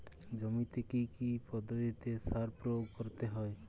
জমিতে কী কী পদ্ধতিতে সার প্রয়োগ করতে হয়?